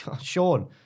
Sean